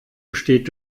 besteht